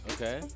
Okay